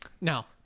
now